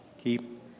keep